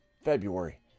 February